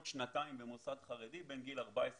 שנתיים במוסד חרדי בין גיל 14 ל-18.